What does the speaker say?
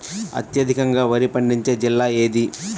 అత్యధికంగా వరి పండించే జిల్లా ఏది?